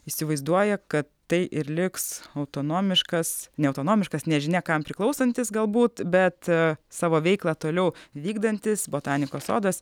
įsivaizduoja kad tai ir liks autonomiškas ne autonomiškas nežinia kam priklausantis galbūt bet a savo veiklą toliau vykdantis botanikos sodas